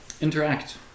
interact